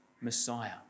Messiah